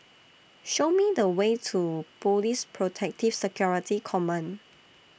Show Me The Way to Police Protective Security Command